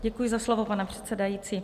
Děkuji za slovo, pane předsedající.